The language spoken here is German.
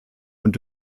und